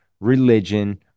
religion